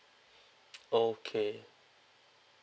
okay